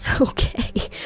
Okay